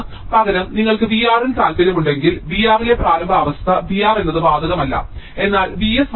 പകരം നിങ്ങൾക്ക് V R ൽ താൽപ്പര്യമുണ്ടെങ്കിൽ V R ലെ പ്രാരംഭ അവസ്ഥ V R എന്നത് ബാധകമല്ല എന്നാൽ Vs Vc